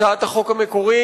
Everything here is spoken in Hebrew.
הצעת החוק המקורית